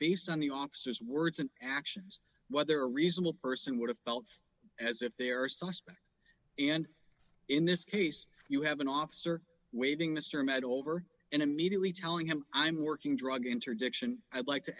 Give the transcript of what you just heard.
based on the officers words and actions whether a reasonable person would have felt as if they are suspect and in this case you have an officer waiting mr met over and immediately telling him i'm working drug interdiction i'd like to